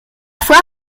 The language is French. foire